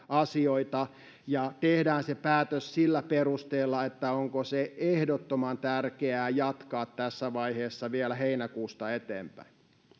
asioita ja tehdään se päätös sillä perusteella onko sitä ehdottoman tärkeää jatkaa tässä vaiheessa vielä heinäkuusta eteenpäin